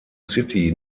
city